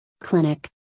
clinic